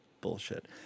bullshit